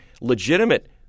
legitimate